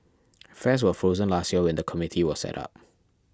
fares were frozen last year when the committee was set up